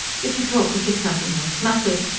but you talk as if nothing else mattered.